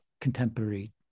contemporary